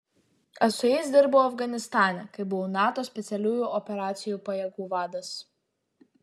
aš su jais dirbau afganistane kai buvau nato specialiųjų operacijų pajėgų vadas